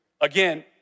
again